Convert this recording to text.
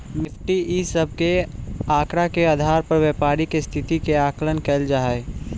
Nifty इ सब के आकड़ा के आधार पर व्यापारी के स्थिति के आकलन कैइल जा हई